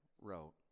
wrote